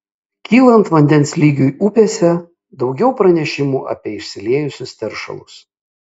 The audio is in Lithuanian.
kylant vandens lygiui upėse daugiau pranešimų apie išsiliejusius teršalus